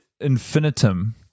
infinitum